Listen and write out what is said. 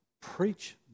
preach